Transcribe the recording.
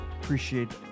Appreciate